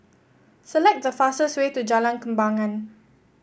select the fastest way to Jalan Kembangan